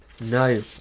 No